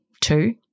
two